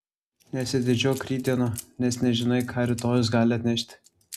nesididžiuok rytdiena nes nežinai ką rytojus gali atnešti